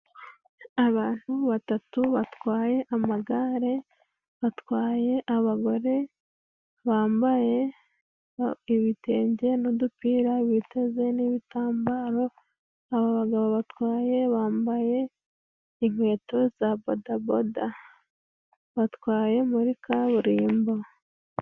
Abantu batatu batwaye amagare, batwaye abagore bambaye ibitenge n'udupira biteze nibitambaro aba bagabo batwaye bambaye inkweto za bodabod batwaye muri kaburimbo